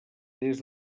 des